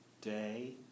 day